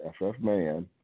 FFman